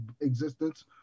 existence